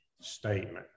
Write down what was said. statement